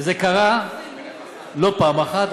וזה קרה לא פעם אחת,